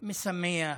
משמח,